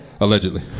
Allegedly